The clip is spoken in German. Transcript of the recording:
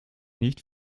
nicht